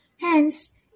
Hence